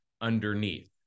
underneath